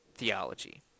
Theology